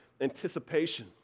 anticipation